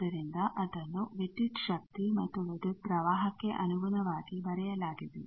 ಆದ್ದರಿಂದ ಅದನ್ನು ವಿದ್ಯುತ್ ಶಕ್ತಿ ಮತ್ತು ವಿದ್ಯುತ್ ಪ್ರವಾಹಕ್ಕೆ ಅನುಗುಣವಾಗಿ ಬರೆಯಲಾಗಿದೆ